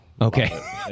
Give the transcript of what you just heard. Okay